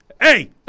Hey